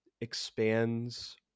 expands